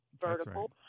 vertical